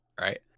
right